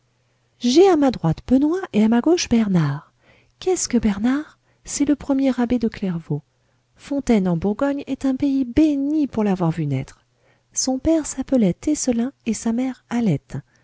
j'ai à ma droite benoît et à ma gauche bernard qu'est-ce que bernard c'est le premier abbé de clairvaux fontaines en bourgogne est un pays béni pour l'avoir vu naître son père s'appelait técelin et sa mère